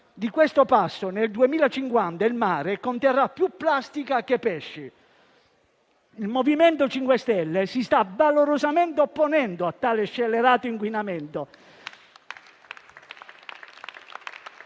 Di questo passo, nel 2050 il mare conterrà più plastica, che pesci. Il MoVimento 5 Stelle si sta valorosamente opponendo a tale scellerato inquinamento.